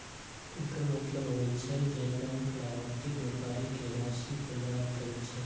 एकर मतलब होइ छै, जे बैंक लाभार्थी व्यापारी कें राशि प्रदान करै छै